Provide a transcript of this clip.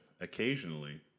occasionally